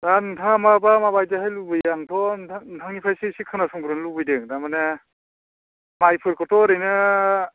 दा नोंथाङा माबा माबायदिहाय लुगैयो आंथ' नोंथां नोंथांनिफ्रायसो एसे खोनासंग्रोनो लुगैदों थारमाने मायफोरखौथ' ओरैनो